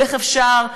ואיך אפשר,